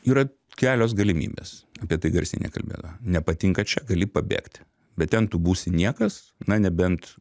yra kelios galimybės apie tai garsiai nekalbėdavo nepatinka čia gali pabėgti bet ten tu būsi niekas na nebent